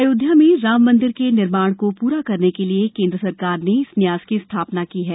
अयोध्या में राम मंदिर के निर्माण को पूरा करने के लिए केंद्र सरकार ने इस न्यास की स्थापना की है